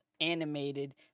animated